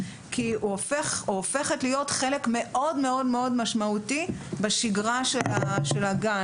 כי הם הופכים להיות חלק משמעותי בשגרה של הגן.